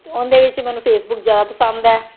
ਅਤੇ ਉਹਦੇ ਵਿੱਚ ਮੈਨੂੰ ਫੇਸਬੁੱਕ ਜ਼ਿਆਦਾ ਪਸੰਦ ਹੈ